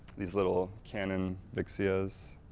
these little canon vixia's,